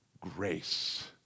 grace